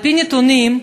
על-פי הנתונים,